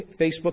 Facebook